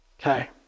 Okay